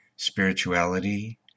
spirituality